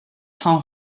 how